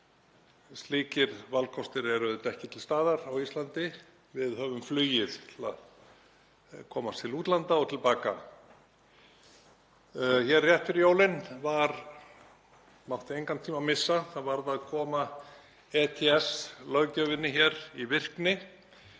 Slíkir valkostir eru ekki til staðar á Íslandi. Við höfum flugið til að komast til útlanda og til baka. Rétt fyrir jólin mátti engan tíma missa, það varð að koma ETS-löggjöfinni hér í virkni.